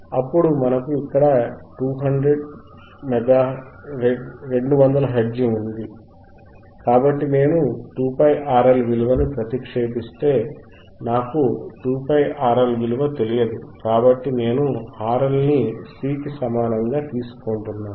అప్పుడు మనకు ఇక్కడ 200 హెర్ట్జ్ ఉంది కాబట్టి నేను 2πRL విలువని ప్రతిక్షేపిస్తే నాకు 2πRL విలువ తెలియదు కాబట్టి నేను RL ని C కి సమానం గా తీసు కొంటున్నాను